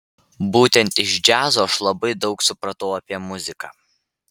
būtent iš džiazo aš labai daug supratau apie muziką